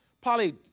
Polly